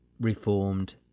reformed